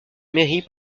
mairie